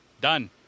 Done